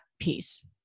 piece